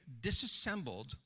disassembled